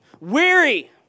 weary